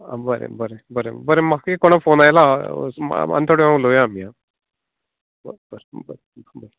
आं बरें बरें बरें बरें म्हाका एक कोणा फोन आयला आं मा मा तोड्या उलोया आमी आं ब ब ब ब